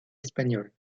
espagnole